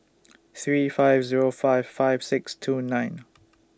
three five Zero five five six two nine